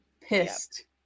pissed